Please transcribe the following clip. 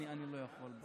אני לא יכול,